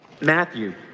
Matthew